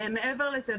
מעבר לזה,